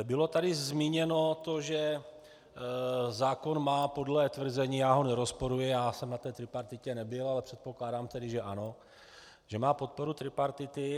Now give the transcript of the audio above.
Bylo tady zmíněno, že zákon má podle tvrzení, já ho nerozporuji, já jsem na tripartitě nebyl, ale předpokládám tedy, že ano, že má podporu tripartity.